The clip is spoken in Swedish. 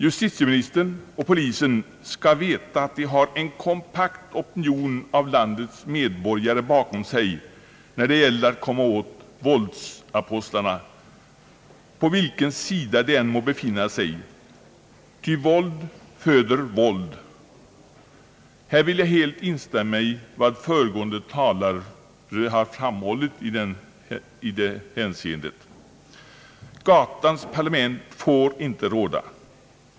Justitieministern och polisen skall veta att de har en kompakt opinion av landets medborgare bakom sig, när det gäller att komma åt våldsapostlarna, på vilken sida de än må befinna sig, ty våld föder våld. Här vill jag helt instämma i vad föregående talare har framhållit i detta hänseende. Gatans parlament får inte råda.